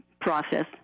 process